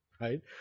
Right